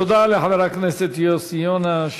תודה לחבר הכנסת יוסי יונה,